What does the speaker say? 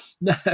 No